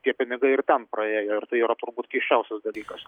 tie pinigai ir ten praėjo ir tai yra turbūt keisčiausias dalykas